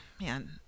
man